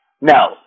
No